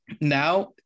Now